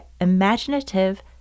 imaginative